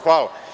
Hvala.